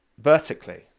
vertically